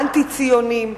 האנטי-ציוניים.